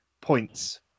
points